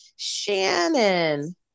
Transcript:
Shannon